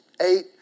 eight